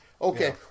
okay